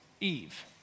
Eve